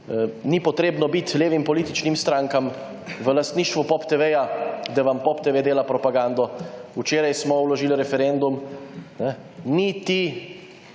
ni potrebno biti levo političnim strankam v lastništvu POP TV-ja, da vam POP TV dela propagando. Včeraj smo vložili referendum. Niti